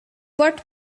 what